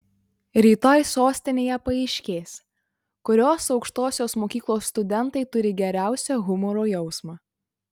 rytoj sostinėje paaiškės kurios aukštosios mokyklos studentai turi geriausią humoro jausmą